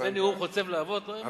כזה נאום חוצב להבות, לא האמנתי.